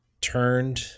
turned